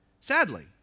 Sadly